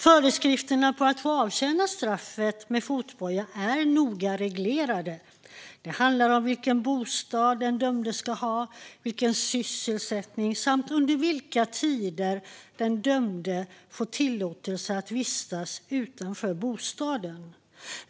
Förutsättningarna för att få avtjäna straffet med fotboja är noga reglerade. Det handlar om vilken bostad och vilken sysselsättning den dömde ska ha samt under vilka tider den dömde får tillåtelse att vistas utanför bostaden.